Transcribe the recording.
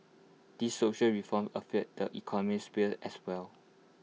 these social reforms affect the economic sphere as well